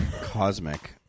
cosmic